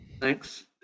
Thanks